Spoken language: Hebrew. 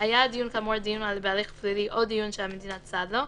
הדיון כאמור דיון בהליך פלילי או דיון שהמדינה צד לו,